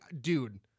dude